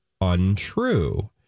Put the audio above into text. untrue